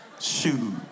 Shoot